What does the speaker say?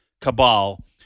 cabal